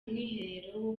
mwiherero